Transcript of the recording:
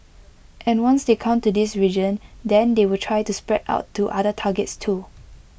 and once they come to this region then they will try to spread out to other targets too